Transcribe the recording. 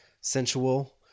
Sensual